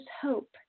hope